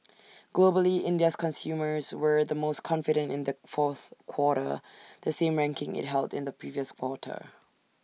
globally India's consumers were the most confident in the fourth quarter the same ranking IT held in the previous quarter